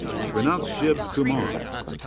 srinath shiv kumar.